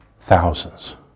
thousands